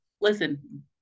Listen